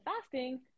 fasting